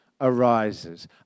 arises